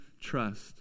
trust